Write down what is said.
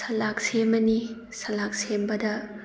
salad ꯁꯦꯝꯃꯅꯤ ꯁꯂꯥꯗ ꯁꯦꯝꯕꯗ